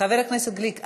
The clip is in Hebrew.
חבר הכנסת גליק,